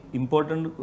important